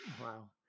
Wow